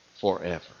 forever